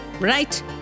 Right